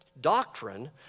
doctrine